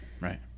Right